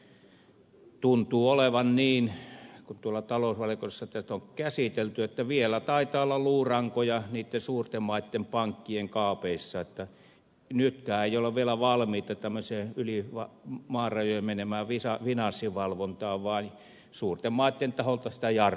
mutta tuntuu siltä kun tuolla talousvaliokunnassa tätä on käsitelty että vielä taitaa olla luurankoja niiden suurten maiden pankkien kaapeissa että nytkään ei olla vielä valmiita tämmöiseen yli maan rajojen menevään finanssivalvontaan vaan suurten maiden taholta sitä jarrutetaan